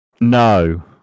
no